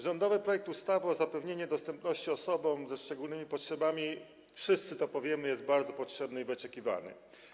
Rządowy projekt ustawy o zapewnianiu dostępności osobom ze szczególnymi potrzebami - wszyscy to powiemy - jest bardzo potrzebny i wyczekiwany.